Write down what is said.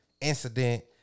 incident